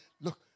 Look